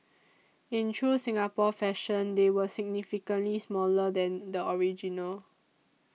in true Singapore fashion they were significantly smaller than the original